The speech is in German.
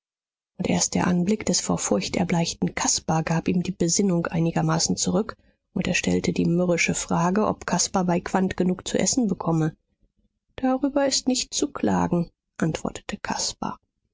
und erst der anblick des vor furcht erbleichten caspar gab ihm die besinnung einigermaßen zurück und er stellte die mürrische frage ob caspar bei quandt genug zu essen bekomme darüber ist nicht zu klagen antwortete caspar